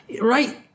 Right